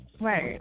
Right